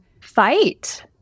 fight